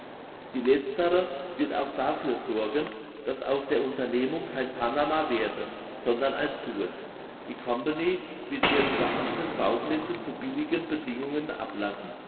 die letztere wird auch dafür sorgen dass aus der unternehmung kein panama werde sondern ein suez die company wird ihren beamten bauplätze zu billigen bedingungen ablassen